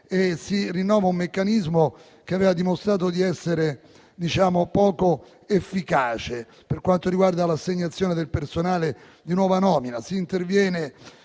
si rinnova un meccanismo che aveva dimostrato di essere poco efficace, per quanto riguarda l'assegnazione del personale di nuova nomina.